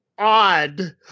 odd